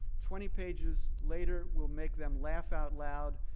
twenty pages later will make them laugh out loud,